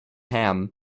ham